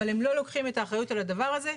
אבל הם לא לוקחים את האחריות על הדבר הזה.